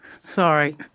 Sorry